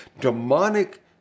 demonic